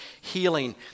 healing